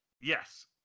Yes